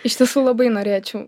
iš tiesų labai norėčiau